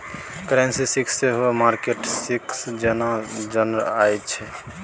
currency risk सेहो market risk जेना जानल जाइ छै